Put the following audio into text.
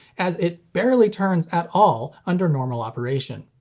as it barely turns at all under normal operation.